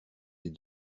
des